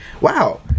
wow